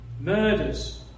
murders